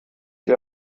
die